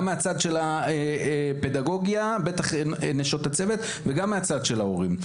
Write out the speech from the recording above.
גם מהפדגוגיה וגם מצד ההורים,